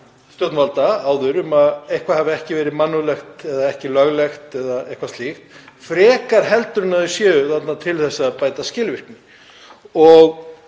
stjórnvalda áður um að eitthvað hafi ekki verið mannúðlegt eða löglegt eða eitthvað slíkt, frekar en að þau séu þarna til að bæta skilvirkni. Og